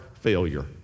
failure